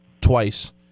twice